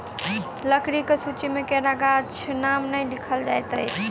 लकड़ीक सूची मे केरा गाछक नाम नै लिखल जाइत अछि